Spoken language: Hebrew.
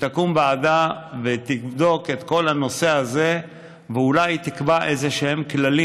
תקום ועדה ותבדוק את כל הנושא הזה ואולי תקבע איזשהם כללים.